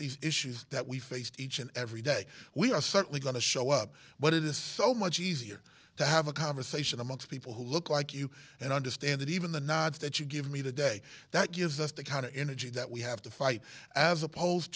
these issues that we faced each and every day we are certainly going to show up but it is so much easier to have a conversation amongst people who look like you and understand that even the nods that you give me today that gives us the kind of energy that we have to fight as opposed